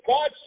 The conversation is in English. God